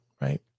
right